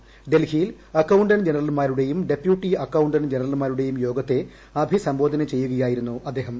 ന്യൂഡൽഹിയിൽ അക്കൌണ്ടന്റ് ജനറൽമാർുടെയും deputy accountant ജനറൽമാരുടെയും യോഗത്തെ അഭിസംബോധന ചെയ്യുകയായിരുന്നു അദ്ദേഹം